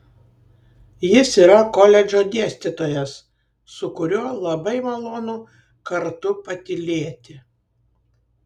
jis yra koledžo dėstytojas su kuriuo labai malonu kartu patylėti